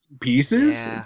pieces